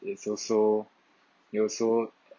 it's also it also